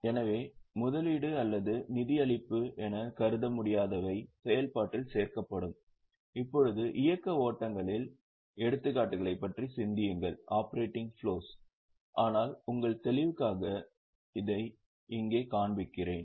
எனவே முதலீடு அல்லது நிதியளிப்பு எனக் கருத முடியாதவை செயல்பாட்டில் சேர்க்கப்படும் இப்போது இயக்க ஓட்டங்களின் எடுத்துக்காட்டுகளைப் பற்றி சிந்தியுங்கள் ஆனால் உங்கள் தெளிவுக்காக இதை இங்கே காண்பிக்கிறேன்